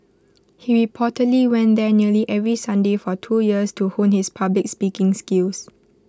he reportedly went there nearly every Sunday for two years to hone his public speaking skills